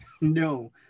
No